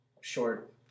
Short